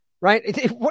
right